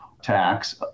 tax